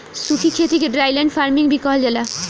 सूखी खेती के ड्राईलैंड फार्मिंग भी कहल जाला